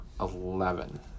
eleven